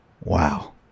Wow